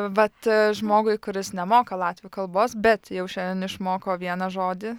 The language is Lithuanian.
vat žmogui kuris nemoka latvių kalbos bet jau šiandien išmoko vieną žodį